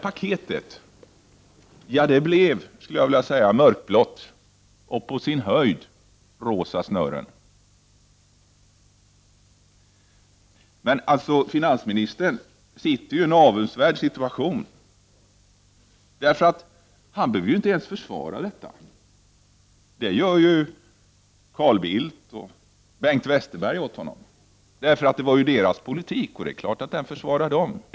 Paketet blev mörkblått med på sin höjd rosa snören. Finansministern sitter i en avundsvärd situation. Han behöver inte ens försvara detta. Det gör Carl Bildt och Bengt Westerberg åt honom, för det var deras politik.